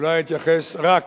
אולי אתייחס רק